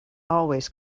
always